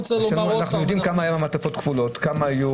אנחנו יודעים כמה מעטפות כפולות היו